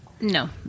No